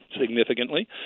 significantly